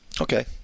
Okay